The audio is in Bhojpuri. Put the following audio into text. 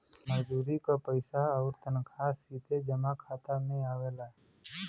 मजदूरी क पइसा आउर तनखा सीधे जमा खाता में आवला